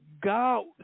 God